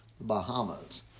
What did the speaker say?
Bahamas